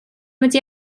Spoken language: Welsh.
wedi